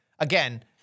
Again